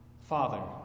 Father